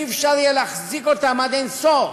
לא יהיה אפשר להחזיק אותן עד אין-סוף.